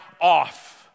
off